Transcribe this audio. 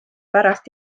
pärast